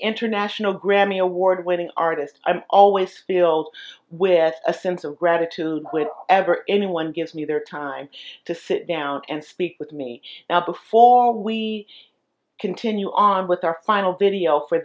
international grammy award winning artist i'm always filled with a sense of gratitude which ever anyone gives me their time to sit down and speak with me now before we continue on with our final big deal for